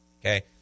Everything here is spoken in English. Okay